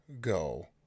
go